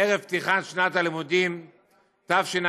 ערב פתיחת שנת הלימודים תשע"ז,